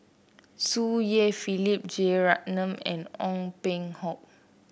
Tsung Yeh Philip Jeyaretnam and Ong Peng Hock